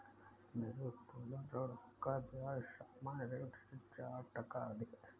मेरे उत्तोलन ऋण का ब्याज सामान्य ऋण से चार टका अधिक है